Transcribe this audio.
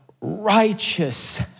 righteous